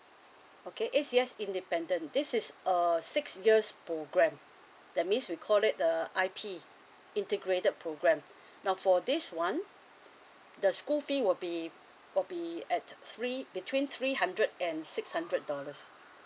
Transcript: okay A_C_S independent this is err six years programmed that means we called it uh I_P integrated program now for this one the school fee will be will be at three between three hundred and six hundred dollars